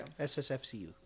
SSFCU